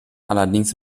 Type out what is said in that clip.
allerdings